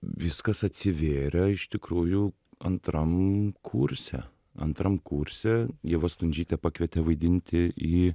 viskas atsivėrė iš tikrųjų antram kurse antram kurse ieva stundžytė pakvietė vaidinti į